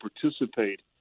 participate